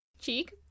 Cheek